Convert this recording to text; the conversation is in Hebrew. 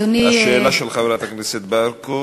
אנחנו שנינו מכבים את האורות פה.